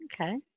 Okay